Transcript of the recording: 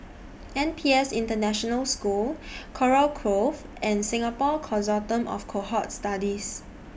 N P S International School Kurau Grove and Singapore Consortium of Cohort Studies